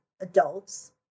adults